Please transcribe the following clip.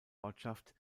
ortschaft